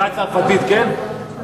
הזמן שלך, בסדר,